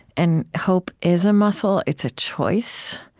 and hope is a muscle. it's a choice.